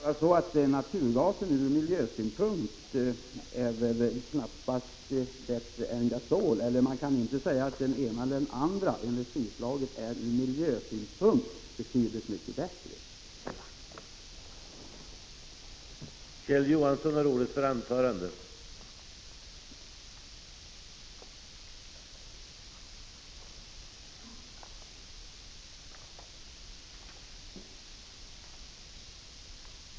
Herr talman! Naturgas är emellertid knappast bättre än gasol ur miljösynpunkt. Man kan inte säga att det ena energislaget ur miljösynpunkt är betydligt bättre än det andra.